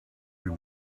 you